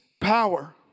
power